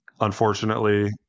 Unfortunately